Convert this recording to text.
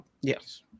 yes